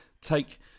take